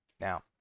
Now